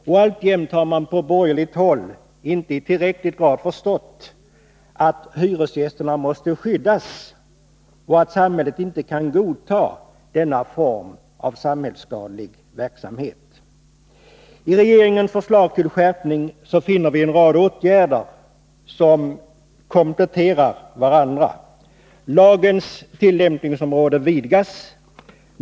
Och alltjämt har man på borgerligt hållinte i tillräcklig grad förstått att hyresgästerna måste skyddas och att samhället inte kan godta denna form av samhällsskadlig verksamhet. I regeringens förslag till skärpning finner vi en rad åtgärder som kompletterar varandra. Lagens tillämpningsområde vidgas.